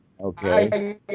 okay